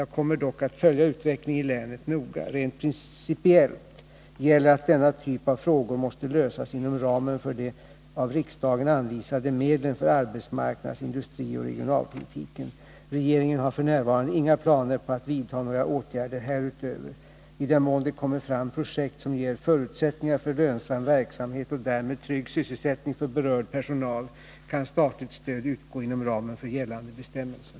Jag kommer dock att följa utvecklingen i länet noga. Rent principiellt gäller att denna typ av frågor måste lösas inom ramen för de av riksdagen anvisade medlen för arbetsmarknads-, industrioch regionalpolitiken. Regeringen har f. n. inga planer på att vidta några åtgärder härutöver. I den mån det kommer fram projekt som ger förutsättningar för lönsam verksamhet och därmed trygg sysselsättning för berörd personal kan statligt stöd utgå inom ramen för gällande bestämmelser.